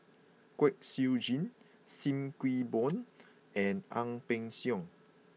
Kwek Siew Jin Sim Kee Boon and Ang Peng Siong